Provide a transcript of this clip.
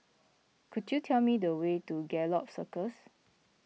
could you tell me the way to Gallop Circus